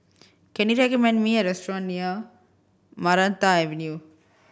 can you recommend me a restaurant near Maranta Avenue